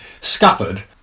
scuppered